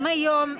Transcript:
אם היום,